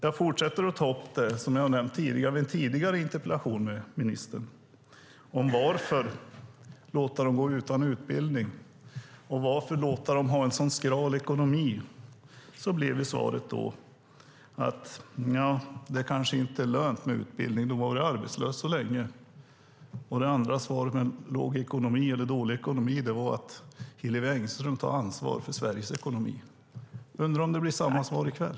Jag har frågat i tidigare interpellation till ministern: Varför låta dem gå utan utbildning och varför låta dem ha en så skral ekonomi? Svaret blev då: Nja, det kanske inte är lönt med utbildning om man varit arbetslös så länge. Svaret på den andra frågan, om dålig ekonomi, var att Hillevi Engström tar ansvar för Sveriges ekonomi. Jag undrar om det blir samma svar i kväll.